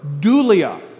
dulia